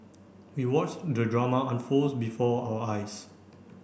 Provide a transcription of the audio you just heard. we watched the drama unfolds before our eyes